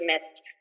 missed